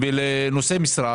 מצומצם,